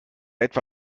etwa